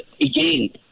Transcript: again